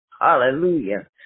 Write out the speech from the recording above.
Hallelujah